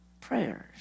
prayers